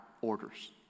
orders